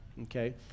okay